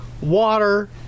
water